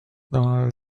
dans